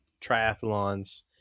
triathlons